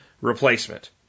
replacement